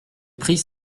pris